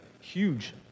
huge